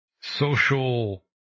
social